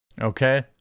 Okay